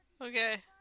Okay